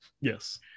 Yes